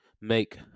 make